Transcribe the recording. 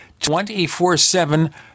24-7